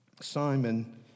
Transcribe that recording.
Simon